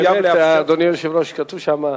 יחויב לאפשר, האמת, אדוני היושב-ראש, כתוב שמה: